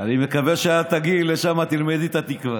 אני מקווה שכשאת תגיעי לשם תלמדי את התקווה.